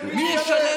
מי ישלם?